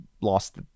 lost